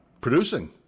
producing